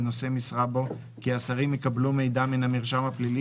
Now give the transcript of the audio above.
ונושא משרה בו כי השרים יקבלו מידע מן המרשם הפלילי